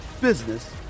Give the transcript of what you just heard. business